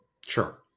Sure